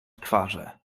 twarze